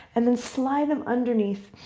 and then slide them underneath,